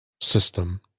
system